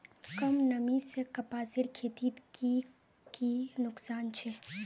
कम नमी से कपासेर खेतीत की की नुकसान छे?